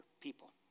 people